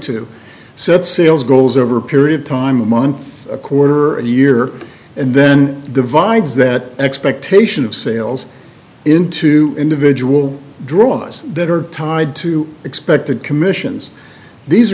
to set sales goals over a period of time a month a quarter a year and then divides that expectation of sales into individual draws that are tied to expected commissions these